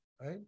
right